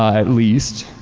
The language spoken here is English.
at least,